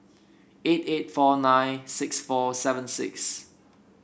eight eight four nine six four seven six